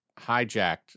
hijacked